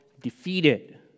defeated